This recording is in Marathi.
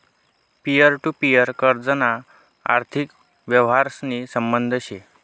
पिअर टु पिअर कर्जना आर्थिक यवहारशी संबंध शे